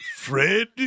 Fred